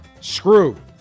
Screw